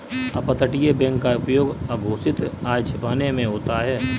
अपतटीय बैंक का उपयोग अघोषित आय छिपाने में होता है